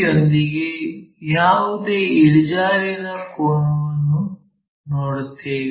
P ಯೊಂದಿಗೆ ಯಾವುದೇ ಇಳಿಜಾರಿನ ಕೋನವನ್ನು ನೋಡುತ್ತೇವೆ